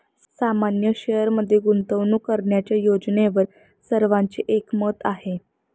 सामान्य शेअरमध्ये गुंतवणूक करण्याच्या योजनेवर सर्वांचे एकमत आहे